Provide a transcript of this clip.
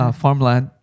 farmland